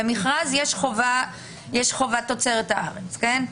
במכרז יש חובת תוצרת ארץ, כן?